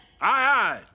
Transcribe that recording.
Aye